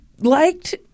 liked